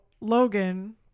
Logan